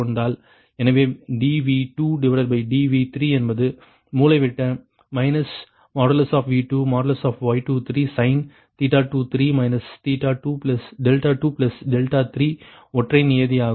எனவே dQ2dV3 என்பது மூலைவிட்ட V2Y23sin 23 23 ஒற்றை நியதியாகும்